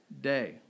day